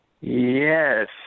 Yes